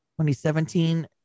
2017